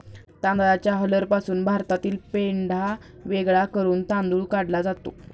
तांदळाच्या हलरपासून भातातील पेंढा वेगळा करून तांदूळ काढला जातो